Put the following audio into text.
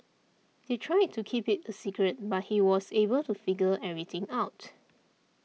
they tried to keep it a secret but he was able to figure everything out